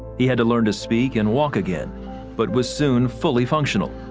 he had to learn to speak and walk again but was soon fully functional.